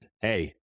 hey